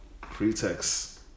pretext